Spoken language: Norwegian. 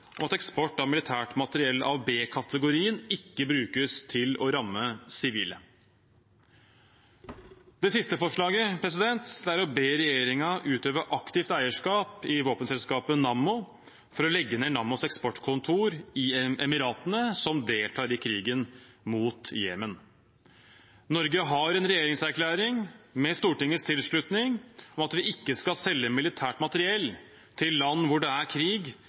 at eksport av militært materiell av B-kategorien ikke brukes til å ramme sivile. Det siste forslaget er å be regjeringen utøve aktivt eierskap i våpenselskapet Nammo for å legge ned Nammos eksportkontor i Emiratene, som deltar i krigen mot Jemen. Norge har en regjeringserklæring med Stortingets tilslutning om at vi ikke skal selge militært materiell til land hvor det er krig